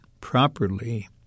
properly